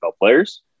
players